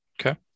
Okay